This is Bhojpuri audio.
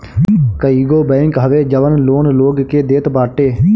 कईगो बैंक हवे जवन लोन लोग के देत बाटे